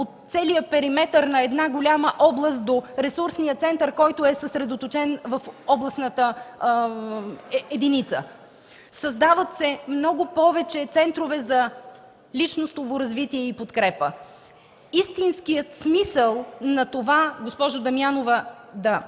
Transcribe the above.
от целия периметър на една голяма област до ресурсния център, който е съсредоточен в областната единица. Създават се много повече центрове за личностно развитие и подкрепа. Истинският смисъл на това, госпожо Дамянова, да